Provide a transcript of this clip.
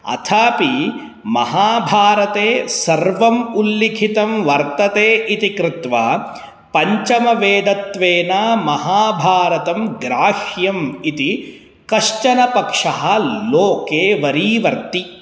अथापि महाभारते सर्वम् उल्लिखितं वर्तते इति कृत्वा पञ्चमवेदत्वेन महाभारतं ग्राह्यम् इति कश्चनः पक्षः लोके वरीवर्ति